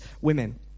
women